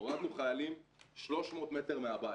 הורדנו חיילים 300 מטר מהבית.